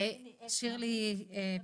חברת הכנסת שירלי פינטו,